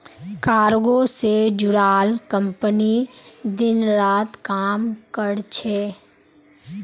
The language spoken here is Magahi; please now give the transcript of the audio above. कार्गो से जुड़ाल कंपनी दिन रात काम कर छे